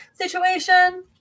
situation